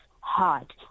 hard